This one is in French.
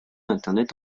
internet